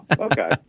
okay